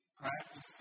practice